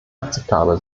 akzeptabel